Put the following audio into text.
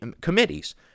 committees